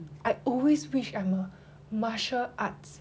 I always wish I'm a martial arts